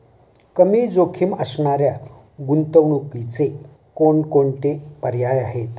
कमी जोखीम असणाऱ्या गुंतवणुकीचे कोणकोणते पर्याय आहे?